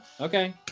Okay